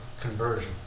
conversion